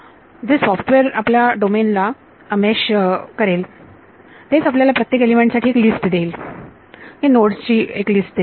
जे सॉफ्टवेअर आपल्या डोमेन ला मेश करेल तेच आपल्याला प्रत्येक एलिमेंट साठी एक लिस्ट देईल नोड्स ची एक लिस्ट देईल